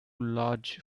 large